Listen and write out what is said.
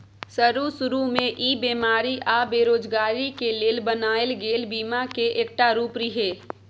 शरू शुरू में ई बेमारी आ बेरोजगारी के लेल बनायल गेल बीमा के एकटा रूप रिहे